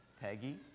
Peggy